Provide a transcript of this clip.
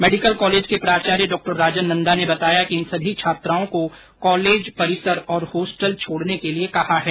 medical college के प्राचार्य डॉ राजन नंदा ने बताया कि इन सभी छात्राओं को कॉलेज परिसर और होस्टल छोड़ने के लिए कहा है